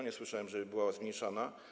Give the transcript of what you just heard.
Nie słyszałem, żeby była zmniejszana.